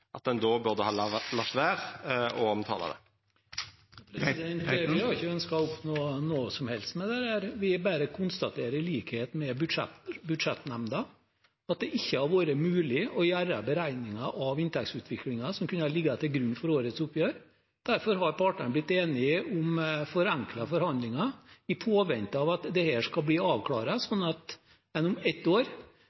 som helst med dette. Vi bare konstaterer, i likhet med budsjettnemnda, at det ikke har vært mulig å gjøre beregninger av inntektsutviklingen som kunne ha ligget til grunn for årets oppgjør. Derfor har partene blitt enige om forenklede forhandlinger i påvente av at dette skal bli